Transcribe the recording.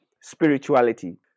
spirituality